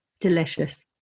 delicious